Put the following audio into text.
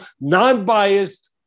non-biased